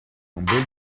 bol